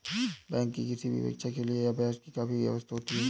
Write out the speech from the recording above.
bank की किसी भी परीक्षा के लिए अभ्यास की काफी आवश्यकता होती है